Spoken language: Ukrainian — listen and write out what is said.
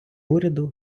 уряду